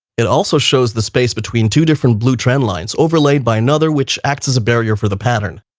it also shows the space between two different blue trend lines overlaid by another, which acts as a barrier for the pattern.